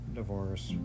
divorce